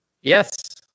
Yes